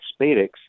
spadix